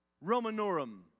Romanorum